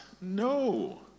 No